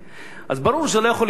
אז ברור שזה לא יכול להיות ביחד.